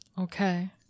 Okay